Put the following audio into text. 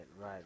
right